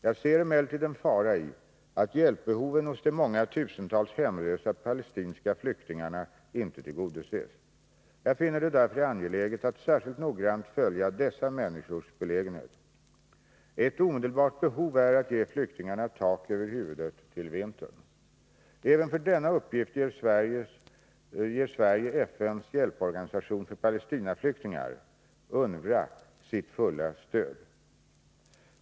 Jag ser emellertid en fara i att hjälpbehoven hos de många tusentals hemlösa palestinska flyktingarna inte tillgodoses. Jag finner det därför angeläget att särskilt noggrant följa dessa människors belägenhet. Ett omedelbart behov är att ge flyktingarna tak över huvudet till vintern. Även för denna uppgift ger Sverige FN:s hjälporganisation för Palestinaflyktingar sitt fulla stöd.